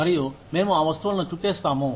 మరియు మేము ఆ వస్తువులను చుట్టేస్తాము